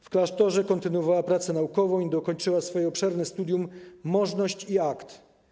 W klasztorze kontynuowała pracę naukową i dokończyła swoje obszerne studium „Możność i akt”